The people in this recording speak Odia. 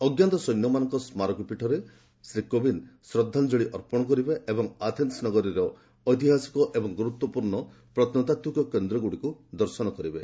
ଅଜ୍ଞାତ ସୈନ୍ୟମାନଙ୍କ ସ୍ମାରକୀ ପୀଠରେ ଶ୍ରୀ କୋବିନ୍ଦ ଶ୍ରଦ୍ଧାଞ୍ଚଳୀ ଅର୍ପଣ କରିବେ ଏବଂ ଆଥେନ୍ନ ନଗରୀର ଐତିହାସିକ ଏବଂ ଗୁରୁତ୍ୱପୂର୍ଣ୍ଣ ପ୍ରତ୍ନୋତାତ୍ୱିକ କେନ୍ଦ୍ରଗୁଡ଼ିକୁ ଦର୍ଶନ କରିବେ